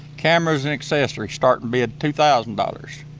cameras and accessories, starting bid two thousand dollars.